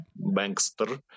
Bankster